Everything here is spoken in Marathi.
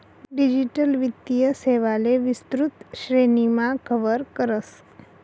डिजिटल वित्तीय सेवांले विस्तृत श्रेणीमा कव्हर करस